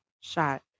shot